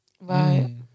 Right